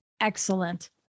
excellent